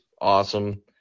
awesome